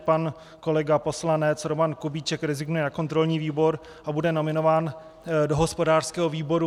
Pan kolega poslanec Roman Kubíček rezignuje na kontrolní výbor a bude nominován do hospodářského výboru.